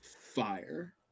fire